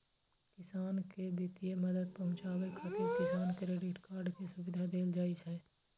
किसान कें वित्तीय मदद पहुंचाबै खातिर किसान क्रेडिट कार्ड के सुविधा देल जाइ छै